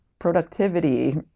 Productivity